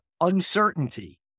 uncertainty